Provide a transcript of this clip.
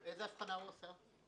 איזו אבחנה הוא עשה?